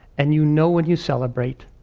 and you know when you celebrate.